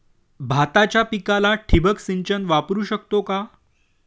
भाताच्या पिकाला ठिबक सिंचन वापरू शकतो का?